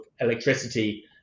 electricity